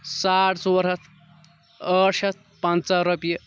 ساڑ ژور ہَتھ ٲٹھ شیٚتھ پنٛژاہ رۄپیہِ